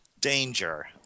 danger